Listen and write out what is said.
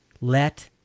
let